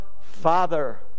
father